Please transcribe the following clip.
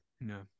No